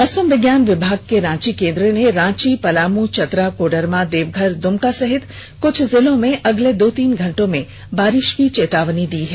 मौसम विज्ञान विभाग के रांची केन्द्र ने रांची पलामू चतरा कोडरमा देवघर दुमका सहित कुछ जिलों में अगले दो तीन घंटों में बारिश की चेतावनी दी है